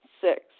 Six